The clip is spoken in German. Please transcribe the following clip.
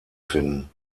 finden